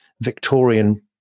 Victorian